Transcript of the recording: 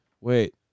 wait